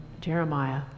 Jeremiah